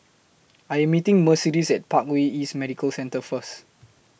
I Am meeting Mercedes At Parkway East Medical Centre First